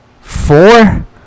four